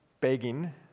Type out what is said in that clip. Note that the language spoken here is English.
begging